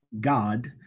God